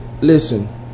Listen